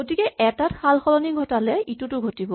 গতিকে এটাত সালসলনি ঘটালে ইটোতো ঘটিব